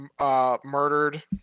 murdered